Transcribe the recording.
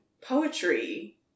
poetry